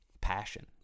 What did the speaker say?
passion